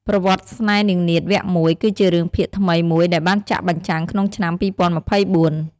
ប្រវត្តិស្នេហ៍នាងនាថ វគ្គ ១ គឺជារឿងភាគថ្មីមួយដែលបានចាក់បញ្ចាំងក្នុងឆ្នាំ ២០២៤។